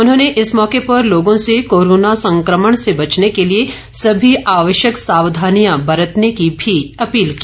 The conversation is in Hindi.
उन्होंने इस मौके पर लोगों से कोरोना संक्रमण से बचने के लिए सभी आवश्यक सावधानियां बरतने की भी अपील की